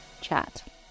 chat